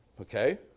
Okay